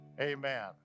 amen